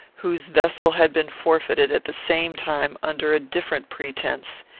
whose vessel had been forfeited, at the same time, under a different pretence.